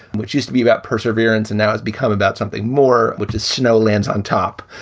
which used to be about perseverance. and now it's become about something more, which is snow lands on top.